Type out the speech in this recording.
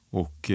och